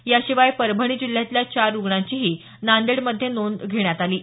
याशिवाय परभणी जिल्ह्यातल्या चार रुग्णांचीही नांदेडमध्ये नोंद घेण्यात आली आहे